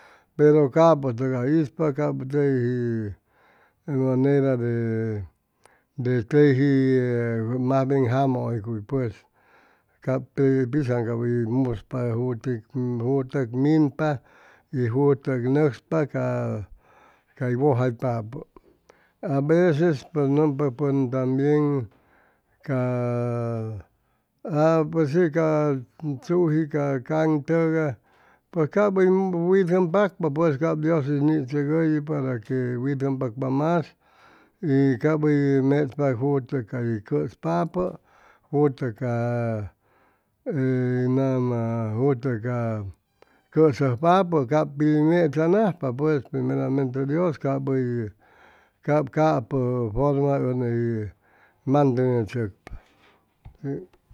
Pero capʉtʉgay hʉy ispa cay manera de teji maj bien jamaʉycuy pues cap te pitzaŋ cap hʉy muspa juti jutʉk minpa y jutʉk nʉcspa ca cay wʉjaypapʉ aveces pʉj nʉmpa pʉn tambien ca pues shi ca tzuji ca caŋ tʉgay pʉj cap hʉy witʉmpakpa pus cap dios hʉy nichʉgʉyʉ para que witʉm pacpa mas y cap hʉy mechpa jutʉ cay cʉspapʉ jutʉ ca hʉy nama jutʉc ca cʉsʉjpapʉ cap pi hʉy mechanajpa pues primetramente dios cap hʉy cap capʉ forma ʉni mantenechʉcpa